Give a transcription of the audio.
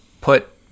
put